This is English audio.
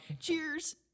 Cheers